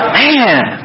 man